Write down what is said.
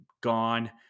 gone